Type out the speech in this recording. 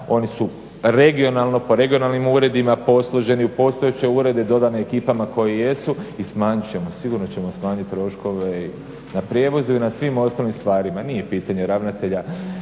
oni su regionalno po regionalnim uredima posloženi u postojeće urede i dodani ekipama koje jesu i smanjit ćemo, sigurno ćemo smanjiti troškove na prijevozu i svim ostalim stvarima, nije pitanje ravnatelja